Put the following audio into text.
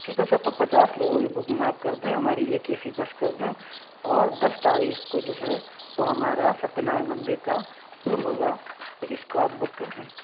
ٹھیک ہے سر تو پچاس لوگوں کی بکنگ آپ کر دیں ہماری ایک اے سی بس کر دیں اور دس تاریخ کو جو ہے وہ ہمارا ستیہ نارائن مندر کا ٹور ہوگا تو اس کو آپ بک کر دیں